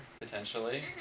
potentially